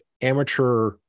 amateur